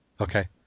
Okay